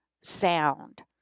sound